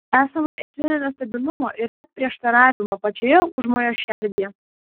esama esminio nestabilumo ir net prieštaravimo pačioje užmojo šerdyje